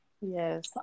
Yes